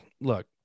look